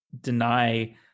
deny